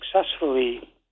successfully